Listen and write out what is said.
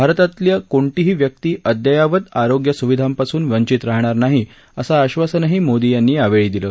भारतातल्या कोणतीही व्यक्ती अद्ययावत आरोग्य सुविधांपासून वंचित राहणार नाही असं आश्वासनही मोदी यांनी यावेळी दिलं